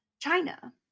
China